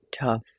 tough